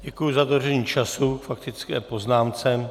Děkuji za dodržení času k faktické poznámce.